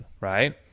right